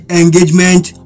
engagement